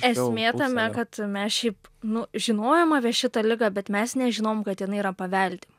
esmė tame kad mes šiaip nu žinojom apie šitą ligą bet mes nežinom kad jinai yra paveldima